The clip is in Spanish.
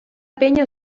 peña